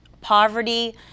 poverty